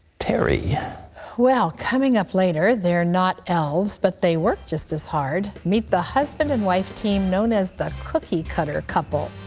terry yeah well, coming up later, they're not elves, but they work just as hard. meet the husband and wife team known as the cookie cutter couple.